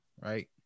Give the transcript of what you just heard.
right